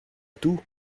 tout